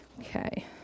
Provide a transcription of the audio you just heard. okay